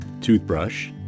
toothbrush